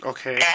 Okay